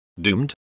Doomed